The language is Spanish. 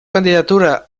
candidatura